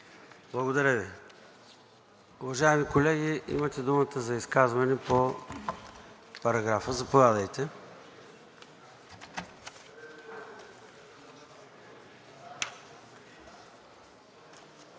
Благодаря Ви. Уважаеми колеги, имате думата за изказвания по параграфа. Заповядайте.